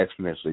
exponentially